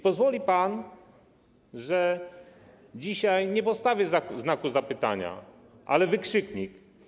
Pozwoli pan, że dzisiaj nie postawię znaku zapytania, ale wykrzyknik.